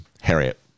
Harriet